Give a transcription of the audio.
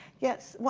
yes?